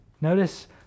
notice